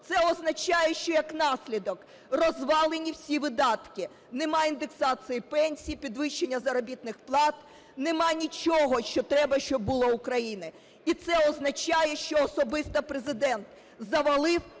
Це означає, що, як наслідок, розвалені всі видатки, нема індексації пенсій, підвищення заробітних плат, нема нічого, що треба щоб було у країни. І це означає, що особисто Президент завалив